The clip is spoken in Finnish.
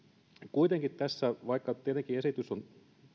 kuitenkin tässä vaikka tietenkin esitys on